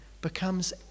becomes